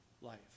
life